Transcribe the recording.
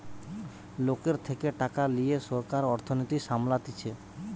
লোকের থেকে টাকা লিয়ে সরকার অর্থনীতি সামলাতিছে